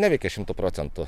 neveikia šimtu procentu